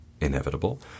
inevitable